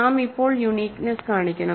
നാം ഇപ്പോൾ യുണീക്നെസ്സ് കാണിക്കണം